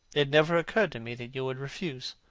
it never occurred to me that you would refuse.